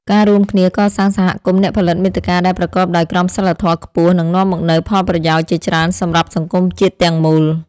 ការរួមគ្នាកសាងសហគមន៍អ្នកផលិតមាតិកាដែលប្រកបដោយក្រមសីលធម៌ខ្ពស់នឹងនាំមកនូវផលប្រយោជន៍ជាច្រើនសម្រាប់សង្គមជាតិទាំងមូល។